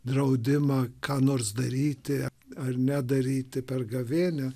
draudimą ką nors daryti ar nedaryti per gavėnią